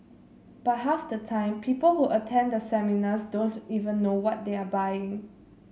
but half the time people who attend the seminars don't even know what they are buying